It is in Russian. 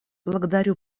благодарю